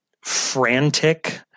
frantic